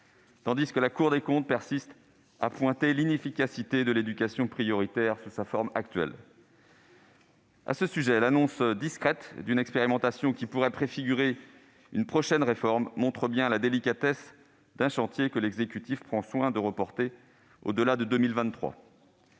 alors que la Cour des comptes persiste à pointer l'inefficacité de l'éducation prioritaire sous sa forme actuelle. L'annonce discrète d'une expérimentation qui pourrait préfigurer une prochaine réforme montre bien la délicatesse d'un chantier que l'exécutif prend soin de reporter au-delà de 2023.